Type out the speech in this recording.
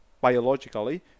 biologically